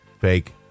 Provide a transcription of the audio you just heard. Fake